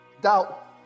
doubt